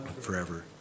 forever